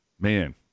man